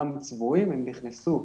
הם נכנסו